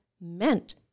meant